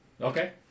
Okay